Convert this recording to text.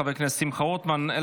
חבר הכנסת שמחה רוטמן.